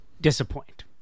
disappoint